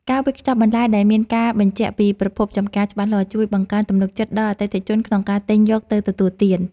ការវេចខ្ចប់បន្លែដែលមានការបញ្ជាក់ពីប្រភពចម្ការច្បាស់លាស់ ជួយបង្កើនទំនុកចិត្តដល់អតិថិជនក្នុងការទិញយកទៅទទួលទាន។